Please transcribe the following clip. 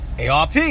ARP